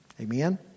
Amen